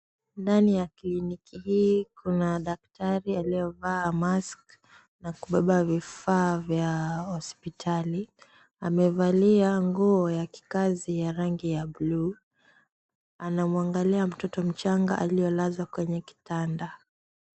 Ndani ya kliniki hii kuna daktari aliyevaa mask na kubeba vifaa vya hospitali. Amevalia nguo ya kikazi ya rangi ya blue . Anamwangalia mtoto mchanga aliyelazwa kwenye kitanda.